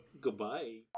Goodbye